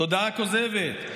תודעה כוזבת.